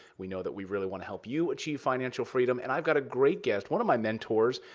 we know that we really want to help you achieve financial freedom. and i've got a great guest, one of my mentors.